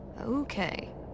Okay